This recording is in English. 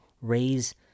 raise